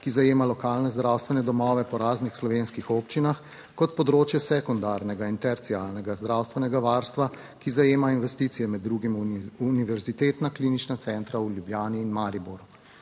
ki zajema lokalne zdravstvene domove po raznih slovenskih občinah, kot področje sekundarnega in terciarnega zdravstvenega varstva, ki zajema investicije med drugim univerzitetna klinična centra v Ljubljani in Mariboru,